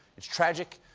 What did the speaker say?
it's tragic,